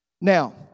Now